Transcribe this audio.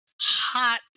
hot